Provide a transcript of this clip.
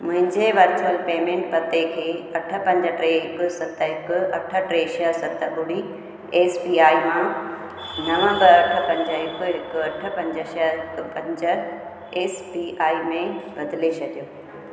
मुंहिंजे virtual payment पते खे अठ पंज टे हिकु सत हिकु अठ टे छह सत ॿुड़ी एस बी आई मां नव ॿ अठ पंज हिकु हिकु अठ पंज छह हिकु पंज एस बी आई में बदिले छॾियो